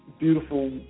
beautiful